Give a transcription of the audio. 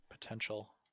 potential